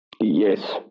Yes